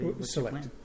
Select